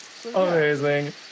Amazing